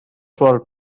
for